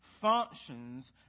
functions